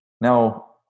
Now